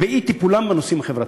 באי-טיפולן בנושאים החברתיים.